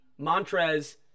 Montrez